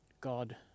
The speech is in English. God